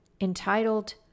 entitled